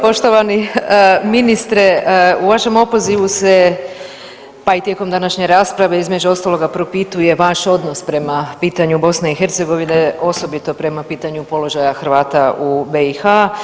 Poštovani ministre, u vašem opozivu se, pa i tijekom današnje rasprave između ostaloga propituje vaš odnos prema pitanju BiH, osobito prema pitanju položaju Hrvata u BiH.